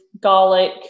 garlic